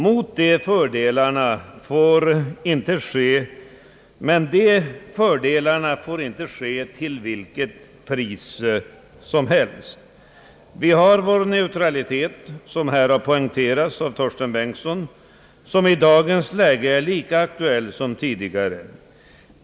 Men de fördelarna får inte vinnas till vilket pris som helst. Vi har vårt krav på neutralitet — vilket har poängterats av herr Torsten Bengtson — som i dagens läge är lika aktuell som tidigare.